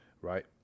Right